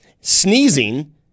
sneezing